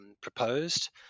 proposed